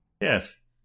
Yes